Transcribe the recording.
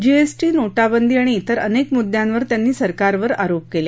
जी ऊटी नोटाबंदी आणि इतर अनेक मुद्यांवर त्यांनी सरकारवर टीका केली